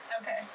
Okay